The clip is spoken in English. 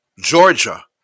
georgia